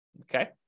Okay